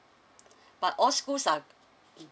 but all schools are mm